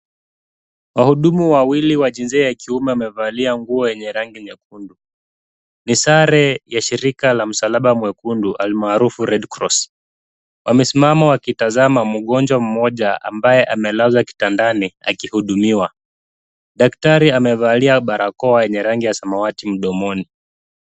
Wahudumu wawili wa jinsia ya kiume wamevalia nguo yenye rangi nyekundu. Ni sare ya shirika la msalaba mwekundu almaarufu Red Cross . Wamesimama wakitazama mgonjwa mmoja ambaye amelazwa kitandani akihudumiwa. Daktari amevalia barakoa yenye rangi ya samawati mdomoni.